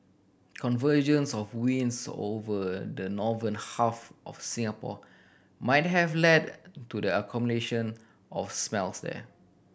convergence of winds over the northern half of Singapore might have led to the accumulation of smells there